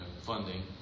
funding